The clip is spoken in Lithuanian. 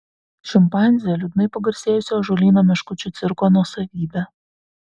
šimpanzė liūdnai pagarsėjusio ąžuolyno meškučių cirko nuosavybė